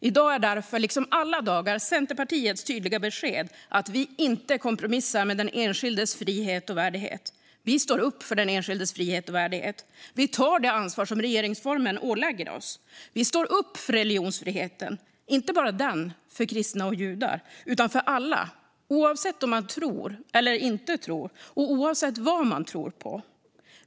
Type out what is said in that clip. I dag, liksom alla dagar, är därför Centerpartiets tydliga besked att vi inte kompromissar med den enskildes frihet och värdighet. Vi står upp för den enskildes frihet och värdighet. Vi tar det ansvar som regeringsformen ålägger oss. Vi står upp för religionsfriheten - inte bara den för kristna och judar, utan för alla. Den gäller avsett om man tror eller inte tror, och oavsett vad man tror på.